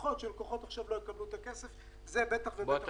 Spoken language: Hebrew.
מלקוחות ושלקוחות לא יקבלו את הכסף זה בטח ובטח לא מקובל.